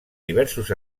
diversos